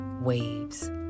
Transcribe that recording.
waves